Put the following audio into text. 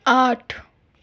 آٹھ